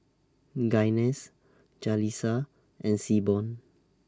Gaines Jalissa and Seaborn